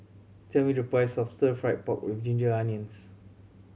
tell me the price of Stir Fried Pork With Ginger Onions